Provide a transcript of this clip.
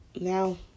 now